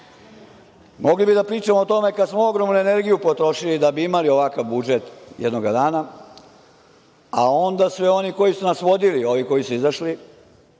bi da pričamo o tome kako smo ogromnu energiju potrošili da bi imali ovakav budžet jednog dana, a onda su je oni koji su nas vodili, ovi koji su izašli,